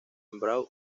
brown